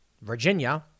Virginia